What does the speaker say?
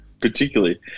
particularly